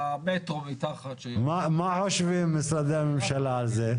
מה חושבים משרדי הממשלה על זה,